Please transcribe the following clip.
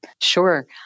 Sure